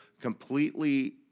completely